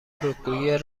رکگویی